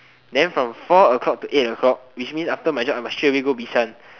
then from four o-clock to eight o-clock which means after my job I must straight away go Bishan